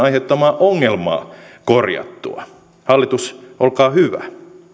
aiheuttamaa ongelmaa korjattua hallitus olkaa hyvä